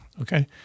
Okay